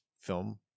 film